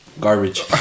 Garbage